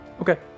Okay